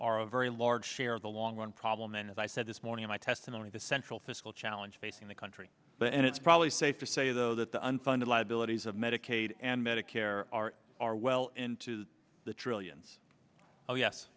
are a very large share of the long run problem then as i said this morning my testimony the central fiscal challenge facing the country but and it's probably safe to say though that the unfunded liabilities of medicaid and medicare are are well into the trillions oh yes